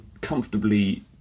comfortably